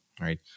right